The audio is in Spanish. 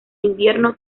invierno